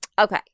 Okay